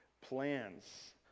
Plans